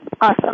Awesome